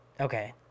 Okay